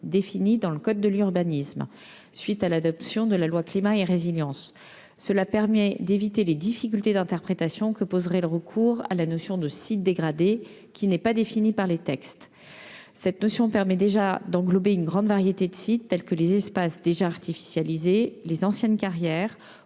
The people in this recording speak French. définie dans le code de l'urbanisme, à la suite de l'adoption de la loi Climat et résilience. Cela permet d'éviter les difficultés d'interprétation que poserait le recours à la notion de sites dégradés, qui n'est pas définie par les textes. Cette notion permet déjà d'englober une grande variété de sites, tels que les espaces déjà artificialisés, les anciennes carrières